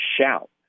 shout